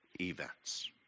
events